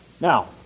Now